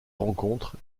rencontres